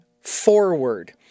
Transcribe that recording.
forward